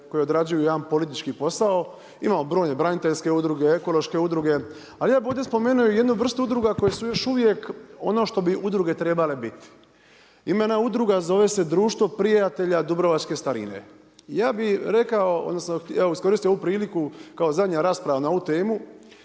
koje odrađuju jedan politički posao. Imamo brojne braniteljske udruge, ekološke udruge. Ali ja bih ovdje spomenuo i jednu vrstu udruga koje su još uvijek ono što bi udruge trebale biti. Imena udruga zove se Društvo prijatelja dubrovačke starine. Ja bih rekao, odnosno evo iskoristio ovu priliku kao zadnja rasprava na ovu temu